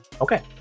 Okay